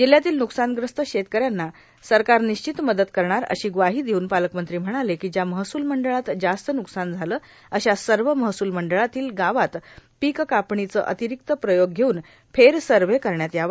जिल्ह्यातील नुकसानग्रस्त शेतकऱ्यांना सरकार र्वानश्चित मदत करणार अशी ग्वाही देऊन पालकमंत्री म्हणाले कां ज्या महसूल मंडळात जास्त नुकसान झालं अशा सवं महसूल मंडळातील गावात पीक कापणीचं र्आर्तारक्त प्रयोग घेऊन फेर सव्ह करण्यात यावा